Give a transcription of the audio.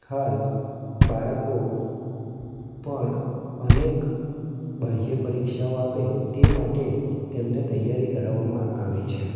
હાલ બાળકો પણ અનેક બાહ્ય પરીક્ષાઓ આપે તે માટે તેમને તૈયારી કરાવવામાં આવે છે